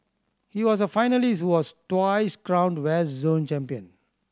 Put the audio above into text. he was a finalist was twice crowned West Zone champion